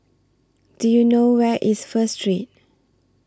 Do YOU know Where IS First Street